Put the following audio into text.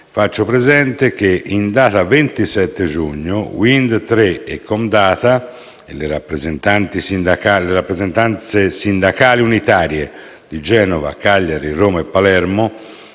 faccio presente che in data 27 giugno 2017 Wind Tre, Comdata e le rappresentanze sindacali unitarie di Genova, Cagliari Roma e Palermo,